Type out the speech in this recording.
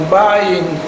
buying